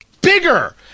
Bigger